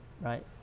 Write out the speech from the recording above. right